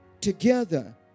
together